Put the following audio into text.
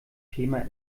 schema